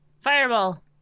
Fireball